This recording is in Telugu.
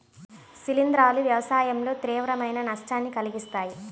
శిలీంధ్రాలు వ్యవసాయంలో తీవ్రమైన నష్టాన్ని కలిగిస్తాయి